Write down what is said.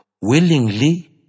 willingly